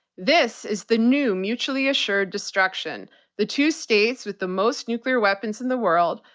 this is the new mutually assured destruction the two states with the most nuclear weapons in the world,